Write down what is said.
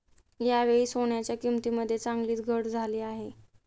यावेळी सोन्याच्या किंमतीमध्ये चांगलीच घट झाली आहे